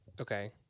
Okay